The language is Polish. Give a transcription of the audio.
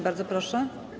Bardzo proszę.